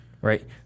right